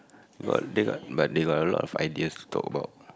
but they got but they got a lot of ideas to talk about